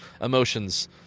emotions